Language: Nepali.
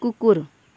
कुकुर